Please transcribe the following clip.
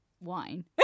Wine